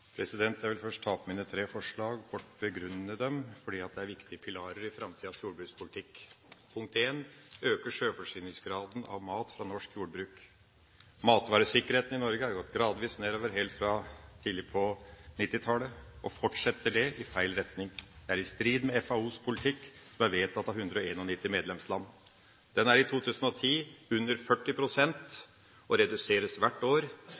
Det første forslaget mitt går på å øke sjølforsyningsgraden av mat fra norsk jordbruk. Matvaresikkerheten i Norge har gått gradvis nedover helt fra tidlig på 1990-tallet, og det fortsetter i feil retning. Det er i strid med FAOs politikk, som er vedtatt av 191 medlemsland. Matvaresikkerheten er i 2010 under 40 pst. og reduseres hvert år.